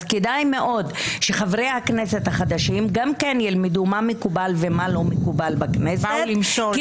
אז כדאי מאוד שחברי הכנסת החדשים גם ילמדו מה מקובל ומה לא מקובל בכנסת,